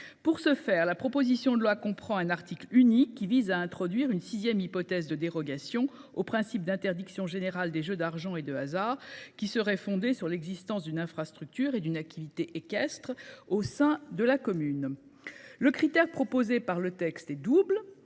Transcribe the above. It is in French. Pour ce faire, la proposition de loi comprend un article unique, qui vise à introduire une 6ème hypothèse de dérogation au principe d'interdiction générale des jeux d'argent et de hasard qui serait fondée sur l'existence d'une infrastructure et d'une activité équestre au sein de la commune. Le critère proposé par le texte est double.